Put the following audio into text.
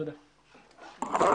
הישיבה